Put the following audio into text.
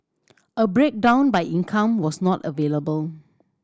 a breakdown by income was not available